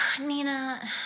Nina